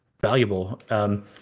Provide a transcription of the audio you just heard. valuable